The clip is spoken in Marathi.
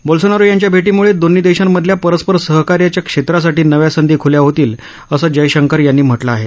बोल्सोनारो यांच्या भैटीमुळे दोन्ही देशांमधल्या परस्पर सहकार्याच्या क्षेत्रासाठी नव्या संधी ख्ल्या होतील असं जयशंकर यांनी म्हटलं आहे